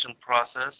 process